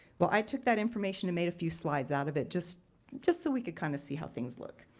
well, i took that information and made a few slides out of it just just so we could kind of see how things look.